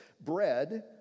Bread